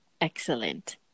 Excellent